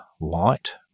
light